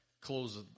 close